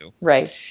right